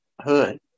hood